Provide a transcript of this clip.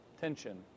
tension